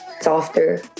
softer